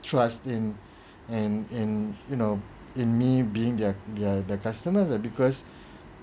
trust in in in you know in me being their their their customers ah because